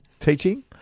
teaching